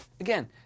Again